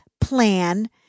plan